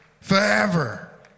forever